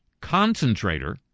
concentrator